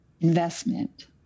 investment